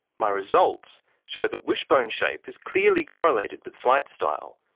my results show that wishbone shape is clearly correlated with flight style.